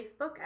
Facebook